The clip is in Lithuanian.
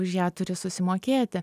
už ją turi susimokėti